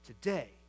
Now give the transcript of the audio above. today